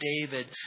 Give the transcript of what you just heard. David